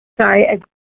Sorry